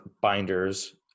binders